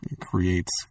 creates